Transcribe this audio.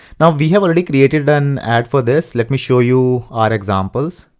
now we have already created an ad for this. let me show you our examples.